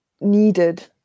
needed